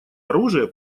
оружие